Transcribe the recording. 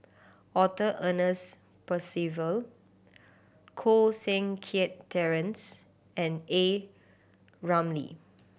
Arthur Ernest Percival Koh Seng Kiat Terence and A Ramli